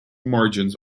margins